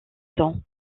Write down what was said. temps